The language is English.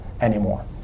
anymore